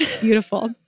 Beautiful